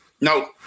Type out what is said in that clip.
No